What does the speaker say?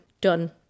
done